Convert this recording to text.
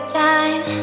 time